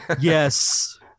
Yes